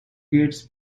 gates